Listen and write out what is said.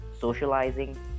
socializing